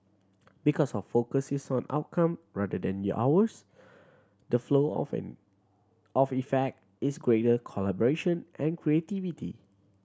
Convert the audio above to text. because of focus is on outcome rather than your hours the flow of effect is greater collaboration and creativity